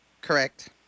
correct